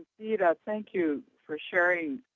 theda. thank you for sharing,